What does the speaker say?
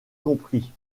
compris